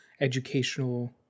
educational